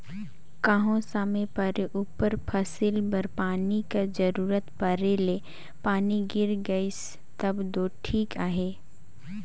कहों समे परे उपर फसिल बर पानी कर जरूरत परे ले पानी गिर गइस तब दो ठीक अहे